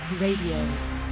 Radio